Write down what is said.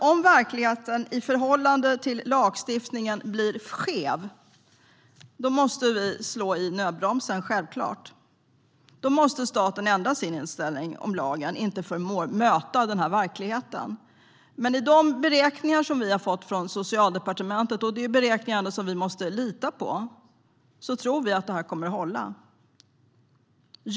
Om verkligheten blir skev i förhållande till lagstiftningen måste vi självklart dra i nödbromsen. Om lagen inte förmår möta verkligheten måste staten ändra sin inställning. Men de beräkningar som vi har fått från Socialdepartementet - och det är beräkningar som vi måste lita på - tror vi kommer att hålla.